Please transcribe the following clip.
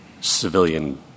civilian